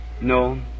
No